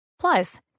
Plus